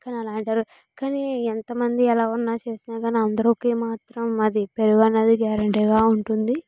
కానీ అలా అంటారు కానీ ఎంతమంది ఎలా ఉన్నా చేసినా కానీ అందరూ ఓకే మాత్రం అది పెరుగన్నది గ్యారెంటీగా ఉంటుంది